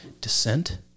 Descent